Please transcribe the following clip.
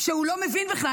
שהוא לא מבין בכלל,